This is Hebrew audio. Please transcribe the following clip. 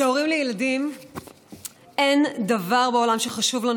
כהורים לילדים אין דבר בעולם שחשוב לנו